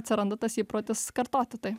atsiranda tas įprotis kartoti tai